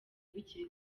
biri